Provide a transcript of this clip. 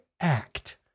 act